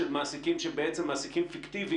או שאלה מעסיקים שהם בעצם מעסיקים פיקטיביים